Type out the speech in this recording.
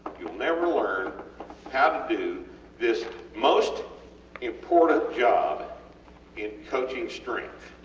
youll never learn how to do this most important job in coaching strength,